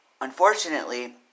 Unfortunately